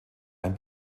ein